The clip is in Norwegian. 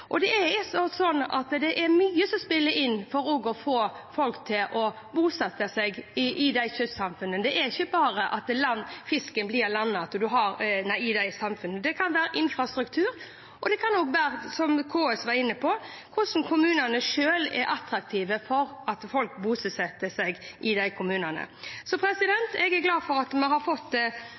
Og det er mye som spiller inn for å få folk til å bosette seg i disse kystsamfunnene, det er ikke bare at fisken blir landet i det samfunnet. Det kan være infrastruktur, og det kan også være, som KS var inne på, hvordan kommunene selv framstår attraktive for at folk bosetter seg i de kommunene. Så jeg er glad for at vi har fått